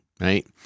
right